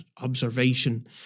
observation